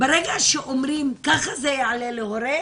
ברגע שאומרים ככה זה יעלה להורה,